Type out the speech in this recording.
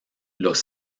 los